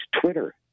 Twitter